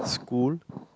glue